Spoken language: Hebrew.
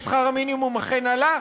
ושכר המינימום אכן עלה,